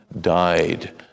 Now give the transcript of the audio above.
died